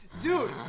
Dude